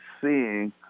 seeing